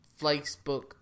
Facebook